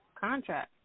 Contract